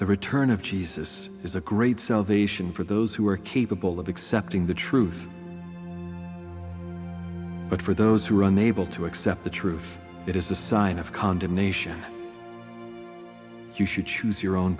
the return of jesus is a great salvation for those who are capable of accepting the truth but for those who are unable to accept the truth it is a sign of condemnation you should choose your own